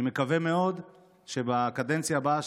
ואני מקווה מאוד שבקדנציה הבאה,